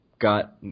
got